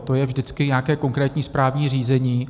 To je vždycky nějaké konkrétní správní řízení.